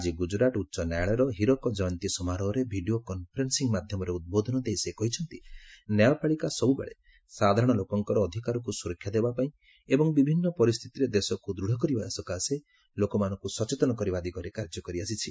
ଆଜି ଗୁଜୁରାଟ ଉଚ୍ଚ ନ୍ୟାୟାଳୟର ହୀରକ ଜୟନ୍ତୀ ସମାରୋହରେ ଭିଡ଼ିଓ କନ୍ଫରେନ୍ସିଂ ମାଧ୍ୟମରେ ଉଦ୍ବୋଧନ ଦେଇ ସେ କହିଛନ୍ତି ନ୍ୟାୟପାଳିକା ସବୁବେଳେ ସାଧାରଣ ଲୋକଙ୍କର ଅଧିକାରକୁ ସୁରକ୍ଷା ଦେବାପାଇଁ ଏବଂ ବିଭିନ୍ନ ପରିସ୍ଥିତିରେ ଦେଶକୁ ଦୂଢ଼ କରିବା ସକାଶେ ଲୋକମାନଙ୍କୁ ସଚେତନ କରିବା ଦିଗରେ କାର୍ଯ୍ୟ କରିଆସିଛି